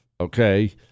okay